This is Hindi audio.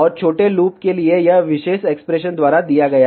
और छोटे लूप के लिए यह इस विशेष एक्सप्रेशन द्वारा दिया गया है